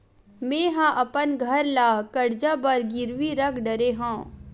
मेहा अपन घर ला कर्जा बर गिरवी रख डरे हव